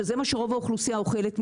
שזה מה שרוב האוכלוסייה אוכלת,